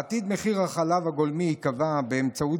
בעתיד מחיר החלב הגולמי ייקבע באמצעות